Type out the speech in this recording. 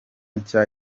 nshya